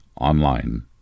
Online